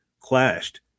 clashed